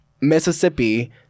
Mississippi